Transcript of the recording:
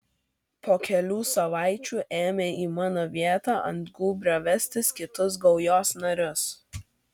po kelių savaičių ėmė į mano vietą ant gūbrio vestis kitus gaujos narius